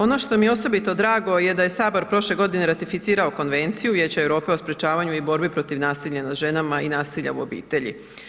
Ono što mi je osobito drago je da je prošle godine ratificirao Konvenciju Vijeća Europe o sprječavanju i borbi protiv nasilja nad ženama i nasilja u obitelji.